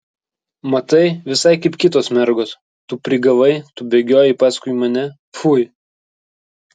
matai visai kaip kitos mergos tu prigavai tu bėgiojai paskui mane pfui